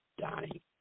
Donnie